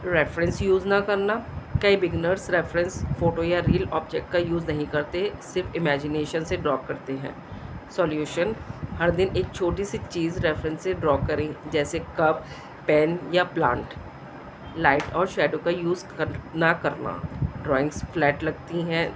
reference use نہ کرنا کئی بگنرس ریفرینس فوٹو یا ریل آبجیکٹ کا یوز نہیں کرتے صرف ایمیجینیشن سے ڈرا کرتے ہیں سولیوشن ہر دن ایک چھوٹی سی چیز ریفرینس سے ڈرا کریں جیسے کپ پین یا پلانٹ لائٹ اور شیڈو کا یوز کر نہ کرنا ڈرائنگس فلیٹ لگتی ہیں